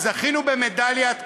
וזכינו במדליית כסף.